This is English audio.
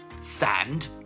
sand